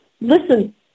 Listen